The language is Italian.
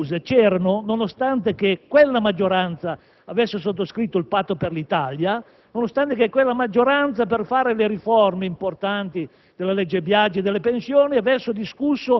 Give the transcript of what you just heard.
In secondo luogo, una delle critiche più frequenti che la maggioranza passata di centro-destra si era sentita rivolgere era: «Voi non concertate!».